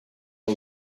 all